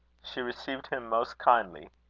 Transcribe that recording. she received him most kindly.